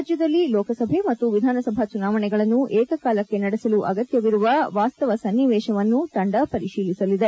ರಾಜ್ಯದಲ್ಲಿ ಲೋಕಸಭೆ ಮತ್ತು ವಿಧಾನಸಭಾ ಚುನಾವಣೆಗಳನ್ನು ಏಕಕಾಲಕ್ಷೆ ನಡೆಸಲು ಅಗತ್ಯವಿರುವ ವಾಸ್ತವ ಸನ್ನಿವೇಶವನ್ನು ತಂಡ ಪರಿಶೀಲಿಸಲಿದೆ